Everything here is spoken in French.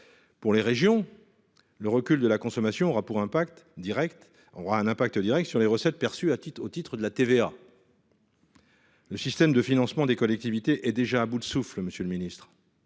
pour les régions, le recul de la consommation aura un impact direct sur les recettes perçues au titre de la TVA. Le système de financement des collectivités est déjà à bout de souffle, monsieur le ministre.